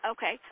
Okay